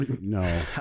No